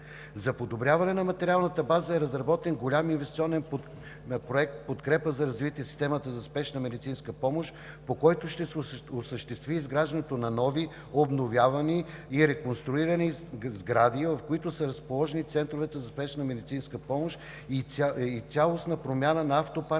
За подобряване на материалната база е разработен голям инвестиционен Проект в подкрепа за развитие в системата за спешна медицинска помощ, по който ще се осъществи изграждането на нови, обновявани и реконструирани сгради, в които са разположени центровете за спешна медицинска помощ и цялостна промяна на автопарка